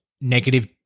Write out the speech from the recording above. negative